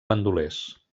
bandolers